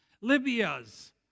Libya's